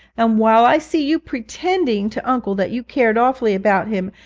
and while i see you pretending to uncle that you cared awfully about him,